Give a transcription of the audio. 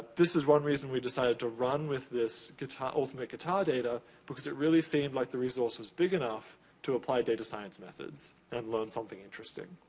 this is one reason we decided to run with this ultimate guitar data, because it really seemed like the resource was big enough to apply data science methods and load something interesting.